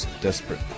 Desperate